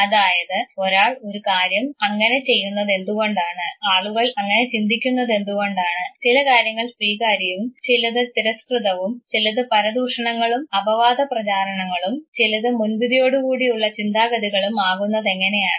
അതായത് ഒരാൾ ഒരു കാര്യം അങ്ങനെ ചെയ്യുന്നത് എന്തുകൊണ്ടാണ് ആളുകൾ അങ്ങനെ ചിന്തിക്കുന്നത് എന്തുകൊണ്ടാണ് ചില കാര്യങ്ങൾ സ്വീകാര്യവും ചിലത് തിരസ്കൃതവും ചിലത് പരദൂഷണങ്ങളും അപവാദ പ്രചാരണങ്ങളും ചിലത് മുൻവിധിയോടുകൂടിയുള്ള ചിന്താഗതികളും ആകുന്നതെങ്ങനെയാണ്